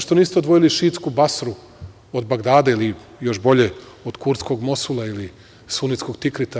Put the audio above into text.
Što niste odvojili šiitsku Basru od Bagdada ili još bolje od kurtskog Mosula ili sunetskog Tikrita?